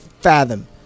fathom